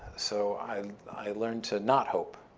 so i i learned to not hope.